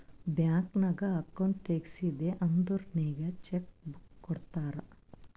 bank ನಾಗ್ account ತೆಗ್ಸಿದಿ ಅಂದುರ್ ನಿಂಗ್ ಚೆಕ್ ಬುಕ್ ಕೊಡ್ತಾರ್